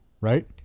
right